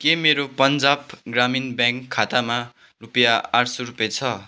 के मेरो पन्जाब ग्रामिण ब्याङ्क खातामा रुपियाँ आठ सय रुपियाँ छ